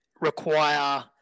require